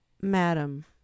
madam